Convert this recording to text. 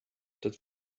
that